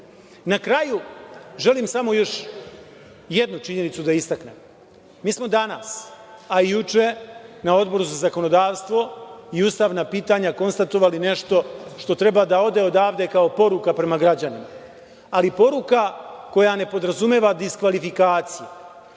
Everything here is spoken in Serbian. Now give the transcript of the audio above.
kraju, želim samo još jednu činjenicu da istaknem. Danas smo, a i juče, na Odboru za zakonodavstvo i ustavna pitanja konstatovali nešto što treba da ode odavde kao poruka prema građanima, ali poruka koja ne podrazumeva diskvalifikaciju,